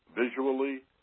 visually